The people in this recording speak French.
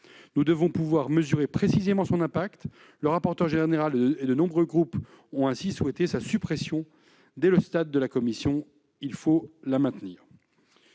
Nous devons pouvoir mesurer précisément son impact. Le rapporteur général et de nombreux groupes ont ainsi souhaité sa suppression dès le stade de la commission. Il faut la maintenir.